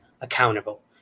accountable